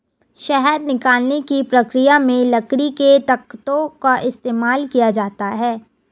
शहद निकालने की प्रक्रिया में लकड़ी के तख्तों का इस्तेमाल किया जाता है